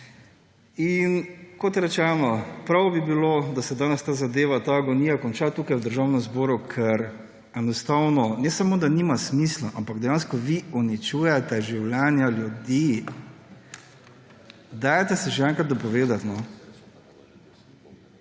Kot rečeno, prav bi bilo, da se danes ta zadeva, ta agonija konča tukaj v Državnem zboru, ker enostavno ne samo da nima smisla, ampak dejansko vi uničujete življenja ljudi. Dajte si že enkrat dopovedati! To